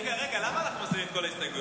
רגע, רגע, למה אנחנו מסירים את כל ההסתייגויות?